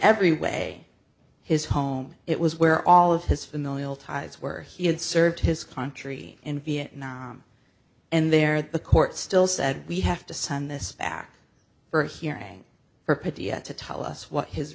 every way his home it was where all of his familial ties were he had served his country in vietnam and there the court still said we have to send this back for hearing for patea to tell us what his